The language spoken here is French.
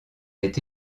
est